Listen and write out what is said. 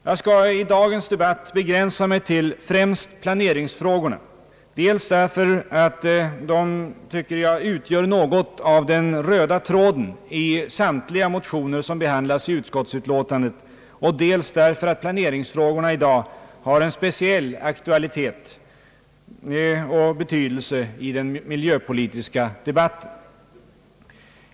Jag skall i dagens debatt begränsa mig till främst planeringsfrågorna, dels därför att de, tycker jag, utgör något av den röda tråden i samiliga motioner som behandlas i utskottsutlåtandet och dels därför att planeringsfrågorna i dag har en speciell aktualitet och betydelse i den miljöpolitiska debatten.